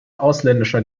ausländischer